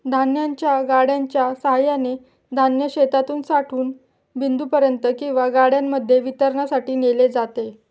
धान्याच्या गाड्यांच्या सहाय्याने धान्य शेतातून साठवण बिंदूपर्यंत किंवा गाड्यांमध्ये वितरणासाठी नेले जाते